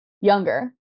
younger